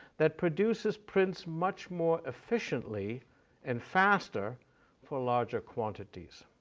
that produces prints much more efficiently and faster for larger quantities.